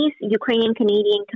Ukrainian-Canadian